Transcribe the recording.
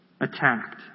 attacked